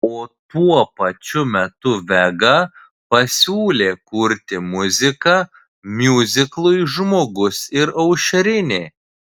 o tuo pačiu metu vega pasiūlė kurti muziką miuziklui žmogus ir aušrinė